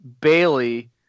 Bailey